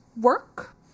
work